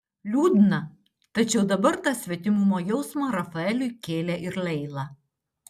liūdna tačiau dabar tą svetimumo jausmą rafaeliui kėlė ir leila